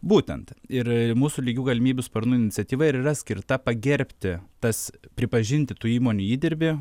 būtent ir mūsų lygių galimybių sparnų iniciatyva ir yra skirta pagerbti tas pripažinti tų įmonių įdirbį